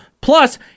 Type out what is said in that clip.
Plus